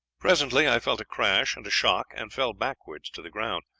presently i felt a crash and a shock, and fell backwards to the ground.